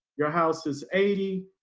your house is eighty.